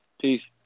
Peace